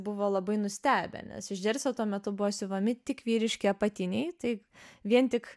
buvo labai nustebę nes iš džersio tuo metu buvo siuvami tik vyriški apatiniai tai vien tik